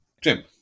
Jim